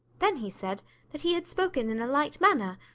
then he said that he had spoken in a light manner,